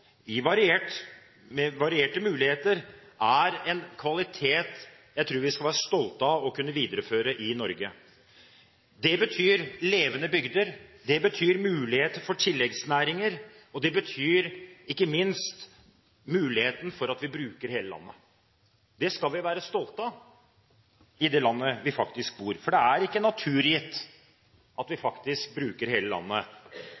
med varierte muligheter er en kvalitet jeg tror vi skal være stolte av å kunne videreføre i Norge. Det betyr levende bygder, det betyr muligheter for tilleggsnæringer, og det betyr – ikke minst – muligheten til å bruke hele landet. Det skal vi være stolte av i det landet vi bor, for det er ikke naturgitt at vi faktisk bruker hele landet,